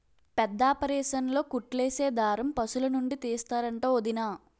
పెద్దాపరేసన్లో కుట్లేసే దారం పశులనుండి తీస్తరంట వొదినా